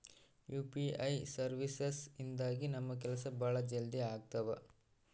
UPI services ಇಂದಾಗಿ ನಮ್ ಕೆಲ್ಸ ಭಾಳ ಜಲ್ದಿ ಅಗ್ತವ